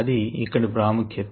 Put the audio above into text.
అది ఇక్కడి ప్రాముఖ్యత